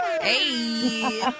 Hey